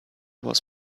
was